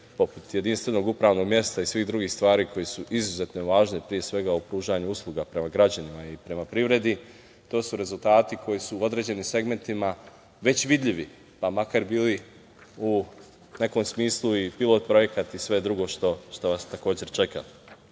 poput jedinstvenog upravnog mesta i svih drugih stvari koje su izuzetno važne pre svega u pružanju usluga prema građanima i prema privredi. To su rezultati koji su u određenim segmentima već vidljivi, pa makar bili u nekom smislu i pilot projekat i sve drugo što vas takođe čeka. Hoću